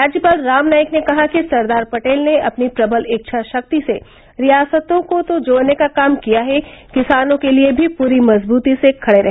राज्यपाल राम नाईक ने कहा कि सरदार पटेल ने अपनी प्रबल इच्छा शक्ति से रियासतों को तो जोड़ने का काम किया ही किसानों के लिये भी पूरी मजबूती से खड़े रहे